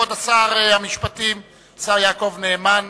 כבוד שר המשפטים, השר יעקב נאמן,